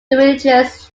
religious